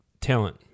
talent